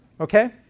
Okay